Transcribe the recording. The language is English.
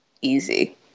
easy